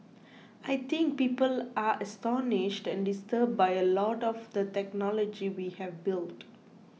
I think people are astonished and disturbed by a lot of the technology we have built